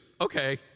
Okay